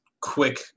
quick